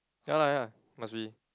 ya lah ya must be